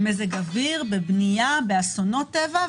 במזג אוויר, בבנייה, באסונות טבע.